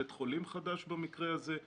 בית חולים חדש במקרה הזה.